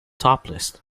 topless